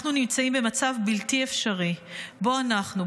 אנחנו נמצאים במצב בלתי אפשרי שבו אנחנו,